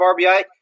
RBI